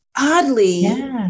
oddly